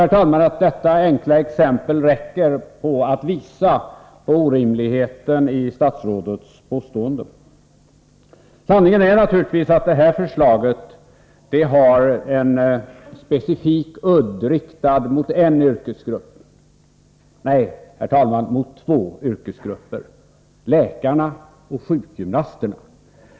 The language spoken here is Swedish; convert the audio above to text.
Jag tror att detta enkla exempel räcker för att visa det orimliga i statsrådets påstående. Sanningen är naturligtvis att det här förslaget har en specifik udd riktad mot två yrkesgrupper, läkarna och sjukgymnasterna.